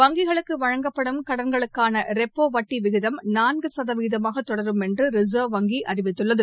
வங்கிகளுக்கு வழங்கப்படும் கடன்களுக்கான ரெப்போ வட்டி விதிகம் நான்கு சதவீதமாக தொடரும் என்று ரிசர்வ் வங்கி அறிவித்துள்ளது